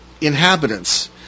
inhabitants